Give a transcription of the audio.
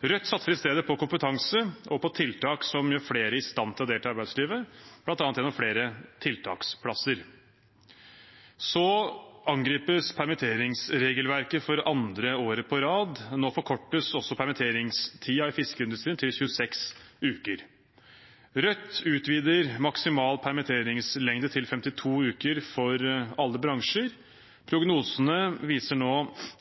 Rødt satser i stedet på kompetanse og på tiltak som gjør flere i stand til å delta i arbeidslivet, bl.a. gjennom flere tiltaksplasser. Permitteringsregelverket angripes for andre året på rad. Nå forkortes også permitteringstiden i fiskeindustrien til 26 uker. Rødt utvider maksimal permitteringslengde til 52 uker for alle bransjer. Prognosene viser nå